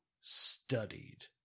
studied